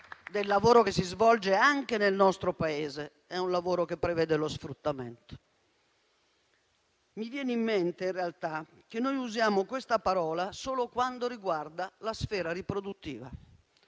del lavoro che si svolge anche nel nostro Paese prevede lo sfruttamento. Mi viene in mente in realtà che noi usiamo questa parola solo quando riguarda la sfera riproduttiva.